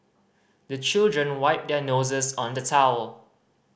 the children wipe their noses on the towel